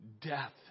Death